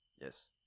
Yes